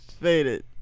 faded